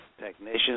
technicians